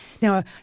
Now